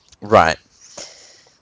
Right